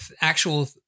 actual